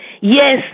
Yes